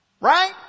Right